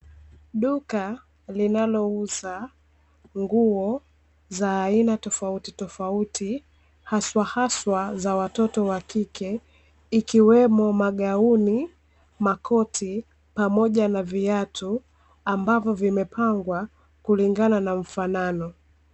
Duka linalouza nguo za aina tofautitofauti haswahaswa za watoto wakike ikiwemo magauni, makoti pamoja na viatu ambavyo vimepangwa kulingana na mfanano.